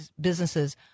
businesses